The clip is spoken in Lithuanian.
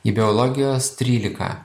į biologijos trylika